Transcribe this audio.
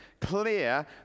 clear